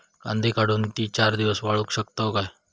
कांदो काढुन ती चार दिवस वाळऊ शकतव काय?